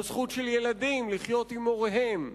בזכות של ילדים לחיות עם הוריהם,